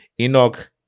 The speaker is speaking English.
Enoch